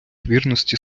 вірності